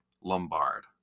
Lombard